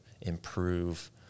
improve